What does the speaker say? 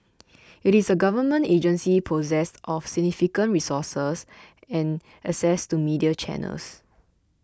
it is a Government agency possessed of significant resources and access to media channels